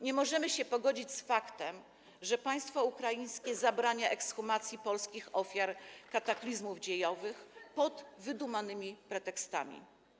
Nie możemy się pogodzić z faktem, że państwo ukraińskie zabrania ekshumacji polskich ofiar kataklizmów dziejowych pod wydumanymi pretekstami.